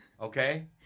okay